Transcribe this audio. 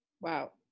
wow